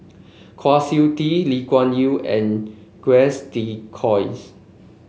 Kwa Siew Tee Lee Kuan Yew and Jacques de Coins